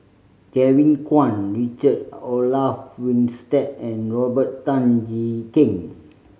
Kevin Kwan Richard Olaf Winstedt and Robert Tan Jee Keng